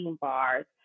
bars